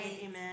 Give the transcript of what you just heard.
Amen